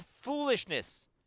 foolishness